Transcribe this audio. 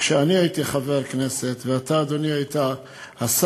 כשאני הייתי חבר כנסת ואתה, אדוני, היית השר,